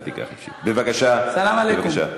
סלאם עליכום.